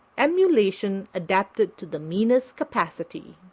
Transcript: emulation adapted to the meanest capacity.